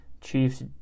Chiefs